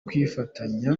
kwifatanya